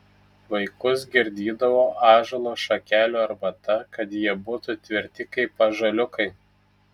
vaikus girdydavo ąžuolo šakelių arbata kad jie būtų tvirti kaip ąžuoliukai